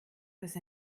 dass